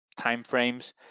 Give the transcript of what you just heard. timeframes